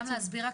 גם להסביר,